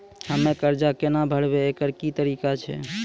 हम्मय कर्जा केना भरबै, एकरऽ की तरीका छै?